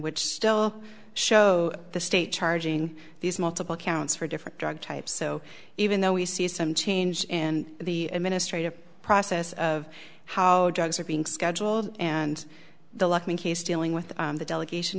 which still show the state charging these multiple counts for different drug types so even though we see some change in the administrative process of how drugs are being scheduled and the luck when he's dealing with the delegation